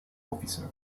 officer